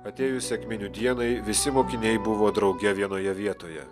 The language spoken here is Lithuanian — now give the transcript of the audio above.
atėjus sekminių dienai visi mokiniai buvo drauge vienoje vietoje